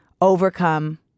overcome